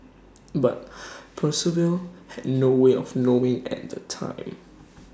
but Percival had no way of knowing at the time